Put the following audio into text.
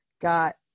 got